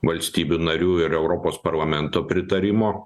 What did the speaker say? valstybių narių ir europos parlamento pritarimo